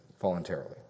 voluntarily